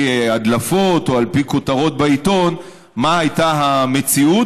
הדלפות או על פי כותרות בעיתון מה הייתה המציאות,